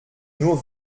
nur